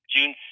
June